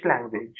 language